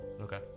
Okay